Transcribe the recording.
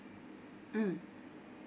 mm